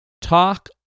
Talk